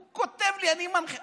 הוא כותב לי: אני מנחה.